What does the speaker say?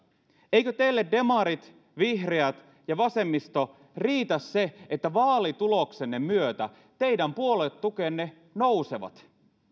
eikö teille demarit vihreät ja vasemmisto riitä se että vaalituloksenne myötä teidän puoluetukenne nousevat